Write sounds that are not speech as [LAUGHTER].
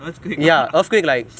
earthquake ah [LAUGHS]